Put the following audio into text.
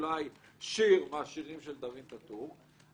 אולי שיר מהשירים של דארין טאטור,